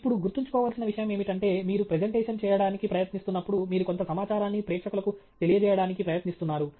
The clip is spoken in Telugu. ఇప్పుడు గుర్తుంచుకోవలసిన విషయం ఏమిటంటే మీరు ప్రెజెంటేషన్ చేయడానికి ప్రయత్నిస్తున్నప్పుడు మీరు కొంత సమాచారాన్ని ప్రేక్షకులకు తెలియజేయడానికి ప్రయత్నిస్తున్నారు